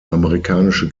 amerikanische